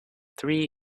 three